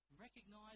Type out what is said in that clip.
Recognize